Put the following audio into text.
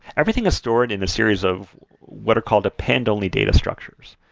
everything is stored in a series of what are called append only data sructures.